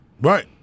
Right